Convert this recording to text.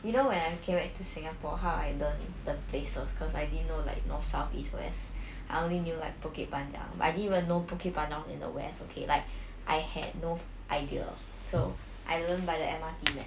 you know when I came back to singapore how I learn the places because I didn't know like north south east west I only knew like bukit panjang like I didn't even know bukit panjang was in the west okay like I had no idea so I learn by the M_R_T map